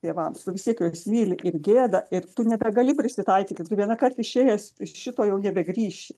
tėvams tu vis tiek juos myli ir gėda ir tu nebegali prisitaikyti tu vienąkart išėjęs iš šito jau nebegrįši